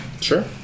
Sure